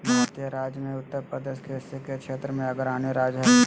भारतीय राज्य मे उत्तरप्रदेश कृषि के क्षेत्र मे अग्रणी राज्य हय